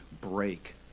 break